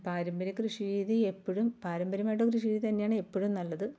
പാരമ്പര്യ കൃഷിരീതി എപ്പോഴും പാരമ്പര്യമായിട്ടും കൃഷിരീതി തന്നെയാണ് എപ്പോഴും നല്ലത്